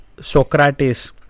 Socrates